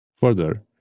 Further